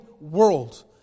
world